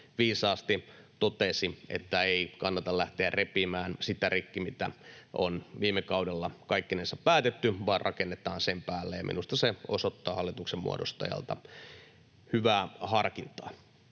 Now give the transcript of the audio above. viisaasti totesi, että ei kannata lähteä repimään rikki sitä, mitä on viime kaudella kaikkinensa päätetty, vaan rakennetaan sen päälle, ja minusta se osoittaa hallituksen muodostajalta hyvää harkintaa.